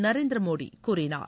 நரேந்திரமோடி கூறினார்